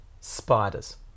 spiders